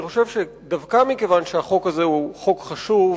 אני חושב שדווקא מכיוון שהחוק הזה הוא חוק חשוב,